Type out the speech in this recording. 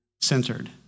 centered